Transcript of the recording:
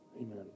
Amen